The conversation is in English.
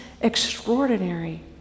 extraordinary